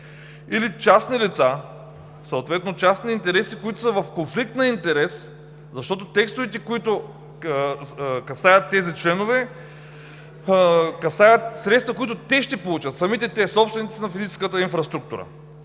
или частни лица – съответно частни интереси, които са в конфликт на интерес, защото текстовете, които касаят тези членове, касаят средства, които те ще получат – самите те, собствениците на физическата инфраструктура?